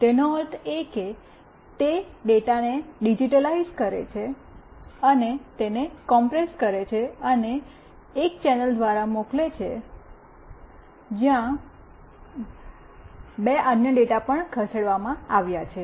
તેનો અર્થ એ કે તે ડેટાને ડિજિટાઇઝ કરે છે તેને કોમ્પ્રેસ કરે છે અને એક ચેનલ દ્વારા મોકલે છે જ્યાં બે અન્ય ડેટા પણ ખસેડવામાં આવે છે